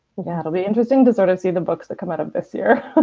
yeah it will be interesting to sort of see the books that come out of this year.